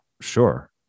sure